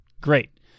great